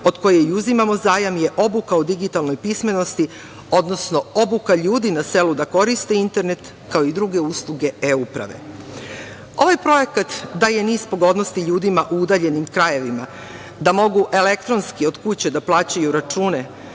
od koje i uzimamo zajam je obuka o digitalnoj pismenosti, odnosno obuka ljudi na selu da koriste internet, kao i druge usluge E uprave. Ovaj projekat daje niz pogodnosti ljudima u udaljenim krajevima, da mogu elektronski od kuće da plaćaju račune,